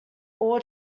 all